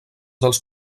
dels